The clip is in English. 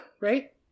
right